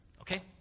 okay